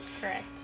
Correct